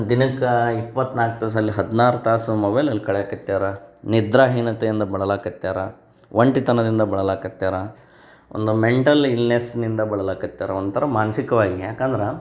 ದಿನಕ್ಕೆ ಇಪ್ಪತ್ತ್ನಾಲ್ಕು ತಾಸಲ್ಲಿ ಹದಿನಾರು ತಾಸು ಮೊಬೈಲಲ್ಲಿ ಕಳಿಯಕ್ಕತ್ಯಾರ ನಿದ್ರಾಹೀನತೆಯಿಂದ ಬಳಲಾಕ್ಕತ್ಯಾರ ಒಂಟಿತನದಿಂದ ಬಳಲಾಕ್ಕತ್ಯಾರ ಒಂದು ಮೆಂಟಲ್ ಇಲ್ನೆಸ್ನಿಂದ ಬಳಲಾಕ್ಕತ್ಯಾರ ಒಂಥರ ಮಾನಸಿಕವಾಗಿ ಯಾಕಂದ್ರೆ